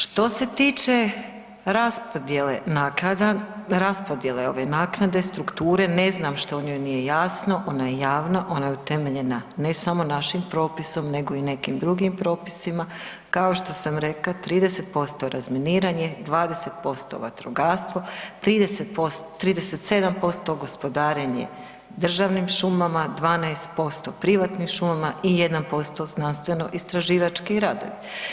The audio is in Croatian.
Što se tiče raspodjele naknada, raspodjele ove naknade strukture ne znam što u njoj nije jasno, ona je javna, ona je utemeljena ne samo našim propisom nego i nekim drugim propisima kao što sam rekla 30% razminiranje, 20% vatrogastvo, 37% gospodarenje državnim šumama, 12% privatnim šumama i 1% znanstveno-istraživački radovi.